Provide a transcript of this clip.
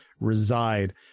reside